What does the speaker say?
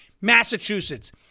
Massachusetts